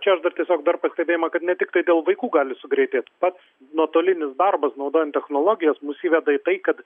čia aš dar tiesiog dar pastebėjimą kad ne tiktai dėl vaikų gali sugreitėt pats nuotolinis darbas naudojant technologijas mus įveda į tai kad